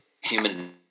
human